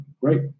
Great